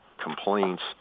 complaints